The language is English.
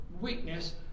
weakness